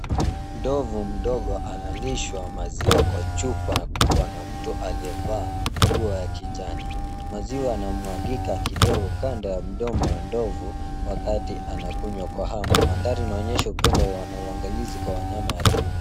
Ndovu mdogo analishwa maziwa kwa chupa kubwa na mtu aliyevaa nguo ya kijani. Maziwa yanamwagika kidogo kando ya mdomo wa ndovu wakati anakunywa kwa hamu. Mandhari inaonyesha upendo wa waangalizi kwa wanyama ya tiba.